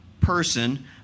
person